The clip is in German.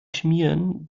schmieren